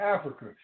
Africa